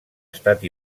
estat